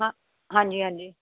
ਹਾਂ ਹਾਂਜੀ ਹਾਂਜੀ